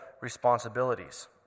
responsibilities